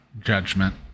judgment